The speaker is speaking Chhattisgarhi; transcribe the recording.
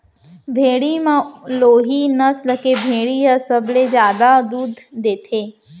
भेड़ी म लोही नसल के भेड़ी ह सबले जादा दूद देथे